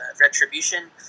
Retribution